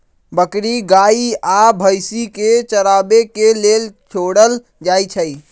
बकरी गाइ आ भइसी के चराबे के लेल छोड़ल जाइ छइ